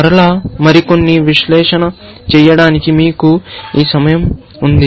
మరలా మరికొన్ని విశ్లేషణ చేయడానికి మీకు ఈ సమయం ఉంది